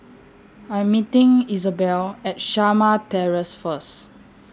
I'm meeting Isabel At Shamah Terrace First